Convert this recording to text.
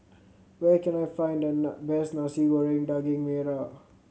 where can I find the best Nasi Goreng Daging Merah